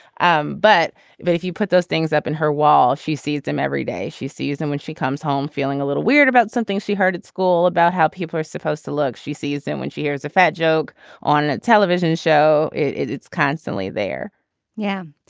um but if but if you put those things up in her wall she sees them every day she sees them when she comes home feeling a little weird about something she heard at school about how people are supposed to look. she sees them when she hears a fat joke on a television show. it's constantly there yeah.